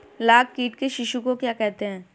लाख कीट के शिशु को क्या कहते हैं?